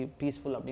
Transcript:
peaceful